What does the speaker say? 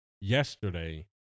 yesterday